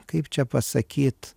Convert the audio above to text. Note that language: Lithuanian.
kaip čia pasakyt